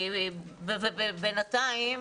בינתיים,